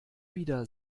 wieder